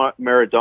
Maradona